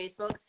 Facebook